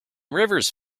rivers